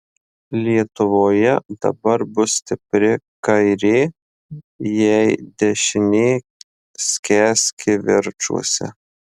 lietuvoje dabar bus stipri kairė jei dešinė skęs kivirčuose